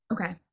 Okay